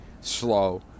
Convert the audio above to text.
slow